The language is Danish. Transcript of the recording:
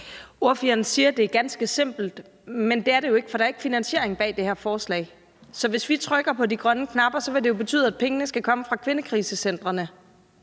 Ordføreren siger, at det er ganske simpelt, men det er det jo ikke, for der er ikke finansiering bag det her forslag. Så hvis vi trykker på de grønne knapper, vil det jo betyde, at pengene skal komme fra kvindekrisecentrene